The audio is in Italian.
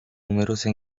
numerose